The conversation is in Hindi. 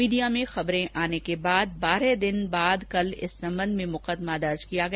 मीडिया में खबरें आने बारह दिन बाद कल इस संबंध में मुकदमा दर्ज किया गया